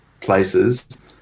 places